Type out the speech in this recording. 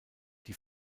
die